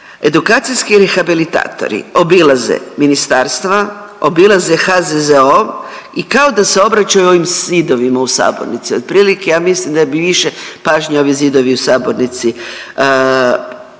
Edukacijski rehabilitatori obilaze ministarstva, obilaze HZZO i kao da se obraćaju ovim zidovima u sabornici, otprilike ja mislim da bi više pažnje ovi zidovi u sabornici vodili